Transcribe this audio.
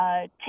take